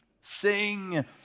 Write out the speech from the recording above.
sing